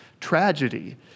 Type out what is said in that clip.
tragedy